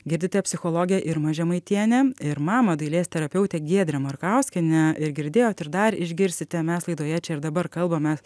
girdite psichologę irmą žemaitienę ir mamą dailės terapeutę giedrę markauskienę ir girdėjot ir dar išgirsite mes laidoje čia ir dabar kalbame